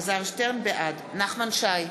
בעד נחמן שי,